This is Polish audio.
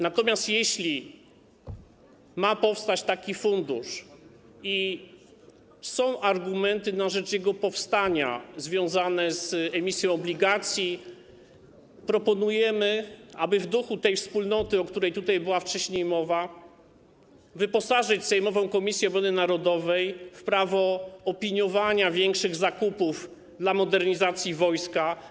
Natomiast jeśli ma powstać taki fundusz i są argumenty na rzecz jego powstania związane z emisją obligacji, proponujemy, aby w duchu tej wspólnoty, o której wcześniej była mowa, wyposażyć sejmową Komisję Obrony Narodowej w prawo opiniowania większych zakupów dla modernizacji wojska.